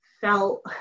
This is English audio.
felt